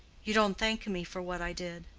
you don't thank me for what i did.